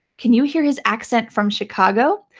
can you hear his accent from chicago?